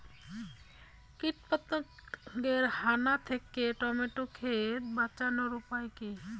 কীটপতঙ্গের হানা থেকে টমেটো ক্ষেত বাঁচানোর উপায় কি?